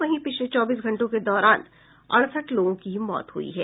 वहीं पिछले चौबीस घंटों के दौरान अड़सठ लोगों की मौत हई है